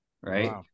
Right